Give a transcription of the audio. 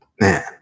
man